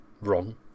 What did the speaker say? wrong